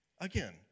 Again